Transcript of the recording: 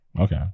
Okay